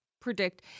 predict